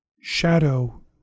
Shadow